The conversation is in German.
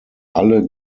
alle